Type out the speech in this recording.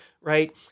right